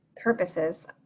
purposes